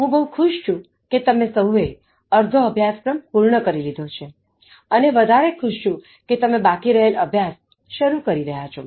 હું બહુ ખુશ છું કે તમે સહુએ અર્ધો અભ્યાસક્રમ પૂર્ણ કરી લીધો છે અને બમણી ખુશ છું કે તમે બાકી રહેલ અભ્યાસ શરૂ કરી રહ્યા છો